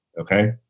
okay